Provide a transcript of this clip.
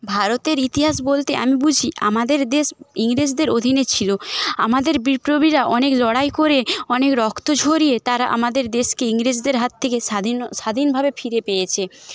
ভারতের ইতিহাস বলতে আমি বুঝি আমাদের দেশ ইংরেজদের অধীনে ছিল আমাদের বিপ্লবীরা অনেক লড়াই করে অনেক রক্ত ঝরিয়ে তারা আমাদের দেশকে ইংরেজদের হাত থেকে স্বাধীন স্বাধীনভাবে ফিরে পেয়েছে